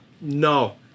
No